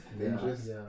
dangerous